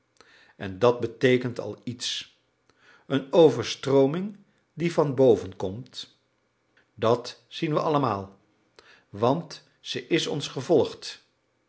en dat beteekent al iets een overstrooming die van boven komt dat zien we allemaal want ze is ons gevolgd